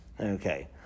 okay